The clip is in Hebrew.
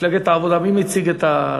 מפלגת העבודה, מי מציג את,